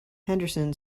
henderson